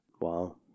Wow